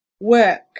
work